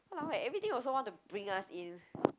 walao eh everyday also want to bring us in